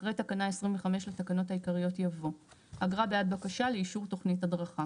אחרי תקנה 25 לתקנות העיקריות יבוא: "אגרה בעד בקשה לאישור תכנית הדרכה.